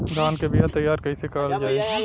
धान के बीया तैयार कैसे करल जाई?